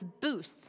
boost